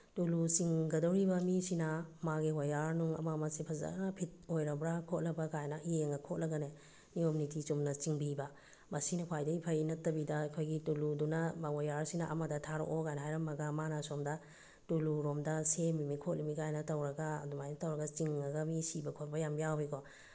ꯇꯨꯂꯨ ꯆꯤꯡꯒꯗꯧꯔꯤꯕ ꯃꯤꯁꯤꯅ ꯃꯥꯒꯤ ꯋꯥꯌꯔ ꯅꯨꯡ ꯑꯃ ꯑꯃꯁꯦ ꯐꯖꯅ ꯐꯤꯠ ꯑꯣꯏꯔꯕ꯭ꯔꯥ ꯈꯣꯠꯂꯕ ꯀꯥꯏꯅ ꯌꯦꯡꯉ ꯈꯣꯠꯂꯒꯅꯦ ꯅꯤꯌꯣꯝ ꯅꯤꯇꯤ ꯆꯨꯝꯅ ꯆꯤꯡꯕꯤꯕ ꯃꯁꯤꯅ ꯈ꯭ꯋꯥꯏꯗꯒꯤ ꯐꯩ ꯅꯠꯇꯕꯤꯗ ꯑꯩꯈꯣꯏꯒꯤ ꯇꯨꯂꯨꯗꯨꯅ ꯋꯥꯌꯔꯁꯤꯅ ꯑꯃꯗ ꯊꯥꯔꯛꯑꯣ ꯀꯥꯏꯅ ꯍꯥꯏꯔꯝꯃꯒ ꯃꯥꯅ ꯑꯁꯣꯝꯗ ꯇꯨꯂꯨꯔꯣꯝꯗ ꯁꯦꯝꯃꯤꯕꯅꯤ ꯈꯣꯠꯂꯤꯕꯅꯤ ꯀꯥꯏꯅ ꯇꯧꯔꯒ ꯑꯗꯨꯃꯥꯏꯅ ꯇꯧꯔꯒ ꯆꯤꯡꯉꯒ ꯃꯤ ꯁꯤꯕ ꯈꯣꯠꯄ ꯌꯥꯝ ꯌꯥꯎꯋꯤ ꯀꯣ